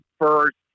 first